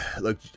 look